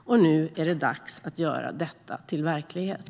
Nu är det dags att göra detta till verklighet.